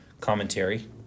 commentary